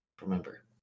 remember